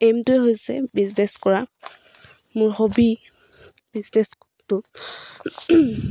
এইমটোৱে হৈছে বিজনেছ কৰা মোৰ হবি বিজনেছটো